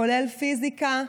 כולל פיזיקה,